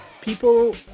people